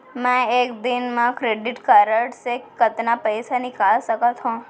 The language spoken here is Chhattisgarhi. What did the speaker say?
मैं एक दिन म क्रेडिट कारड से कतना पइसा निकाल सकत हो?